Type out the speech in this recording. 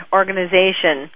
organization